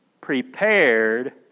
Prepared